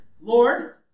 Lord